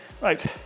Right